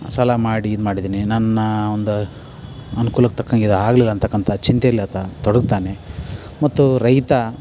ಸಾಲ ಮಾಡಿ ಇದ್ಮಾಡಿದ್ದೀನಿ ನನ್ನ ಒಂದು ಅನ್ಕೂಲಕ್ಕೆ ತಕ್ಕಂಗೆ ಇದು ಆಗಲಿಲ್ಲಾಂತಕ್ಕಂತ ಚಿಂತೆಯಲ್ಲಿ ಆತ ತೊಡಗ್ತಾನೆ ಮತ್ತು ರೈತ